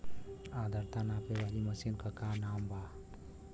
आद्रता नापे वाली मशीन क का नाव बा?